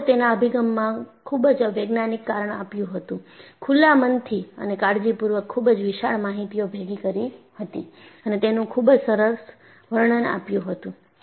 board તેના અભીગમમાં ખૂબ જ વૈજ્ઞાનિક કારણ આપ્યું હતું ખુલ્લા મનથી અને કાળજીપૂર્વક ખુબ જ વિશાળ માહિતીઓ ભેગી કરી હતી અને તેનું ખુબ જ સરસ વર્ણન આપ્યું હતું